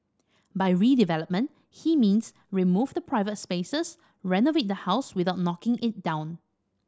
by redevelopment he means remove the private spaces renovate the house without knocking it down